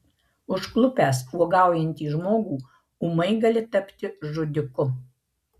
užklupęs uogaujantį žmogų ūmai gali tapti žudiku